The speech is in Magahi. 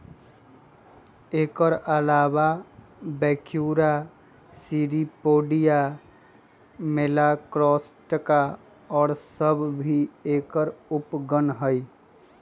एकर अलावा ब्रैक्यूरा, सीरीपेडिया, मेलाकॉस्ट्राका और सब भी एकर उपगण हई